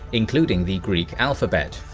including the greek alphabet,